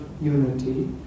unity